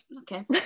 okay